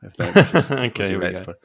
Okay